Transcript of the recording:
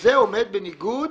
וזה עומד בניגוד